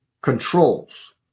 Controls